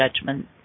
judgment